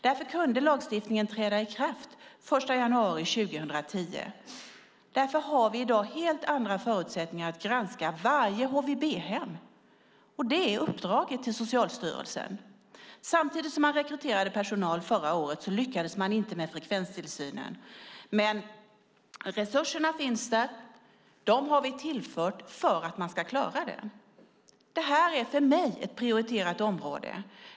Därför kunde lagstiftningen träda i kraft den 1 januari 2010, och därför har vi i dag helt andra förutsättningar att granska varje HVB-hem. Det är uppdraget till Socialstyrelsen. Man lyckades inte med frekvenstillsynen samtidigt som man rekryterade personal förra året. Resurserna finns; dem har vi tillfört för att man ska klara tillsynen. För mig är detta ett prioriterat område.